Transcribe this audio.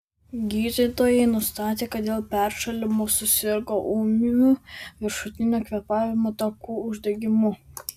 gydytojai nustatė kad dėl peršalimo susirgo ūmiu viršutinių kvėpavimo takų uždegimu